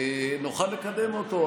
נוכל לקדם אותו.